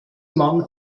man